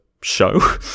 Show